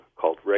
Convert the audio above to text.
called